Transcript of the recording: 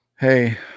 hey